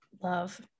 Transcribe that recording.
love